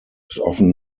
often